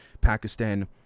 Pakistan